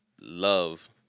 love